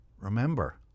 Remember